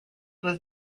was